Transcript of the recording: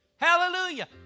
Hallelujah